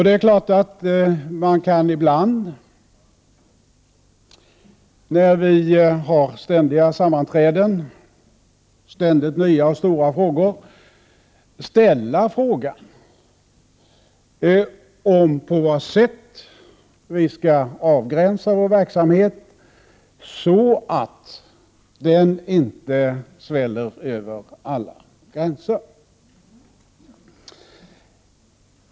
Det är klart att man ibland, när vi har ständiga : sammanträden och ständigt nya, stora frågor, kan ställa frågan på vilket sätt vi skall avgränsa vår verksamhet, så att den inte sväller över alla gränser.